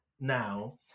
now